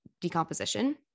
decomposition